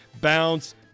bounce